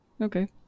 Okay